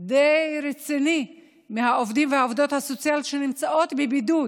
די רציני מהעובדים והעובדות הסוציאליים שנמצאים בבידוד,